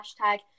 hashtag